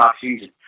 season